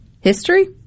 history